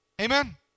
Amen